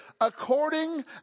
according